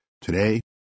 Today